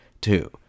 Two